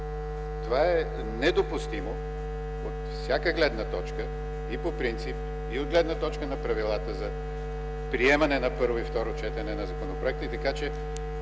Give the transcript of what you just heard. Това е недопустимо от всяка гледна точка и по принцип и от гледна точка на правилата за приемане на първо и второ четене на законопроекти,